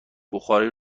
بخاری